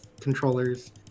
controllers